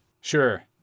Sure